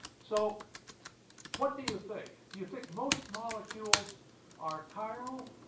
so what do you think? do you think most molecules are chiral,